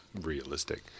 realistic